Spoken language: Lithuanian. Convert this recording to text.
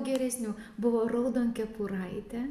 geresnių buvo raudonkepuraitė